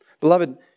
Beloved